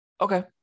Okay